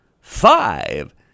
five